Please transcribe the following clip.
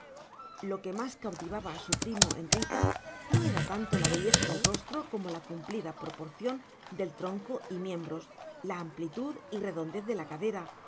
lo que más cautivaba a su primo en rita no era tanto la belleza del rostro como la cumplida proporción del tronco y miembros la amplitud y redondez de la cadera